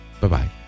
Bye-bye